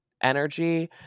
energy